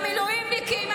המילואימניקים,